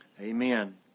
Amen